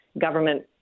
government